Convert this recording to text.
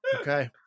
okay